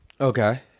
Okay